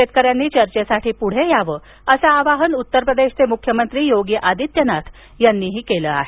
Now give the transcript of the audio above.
शेतकऱ्यांनी चर्चेसाठी पुढे यावं असं आवाहन उत्तर प्रदेशचे मुख्यमंत्री योगी आदित्यनाथ यांनी केलं आहे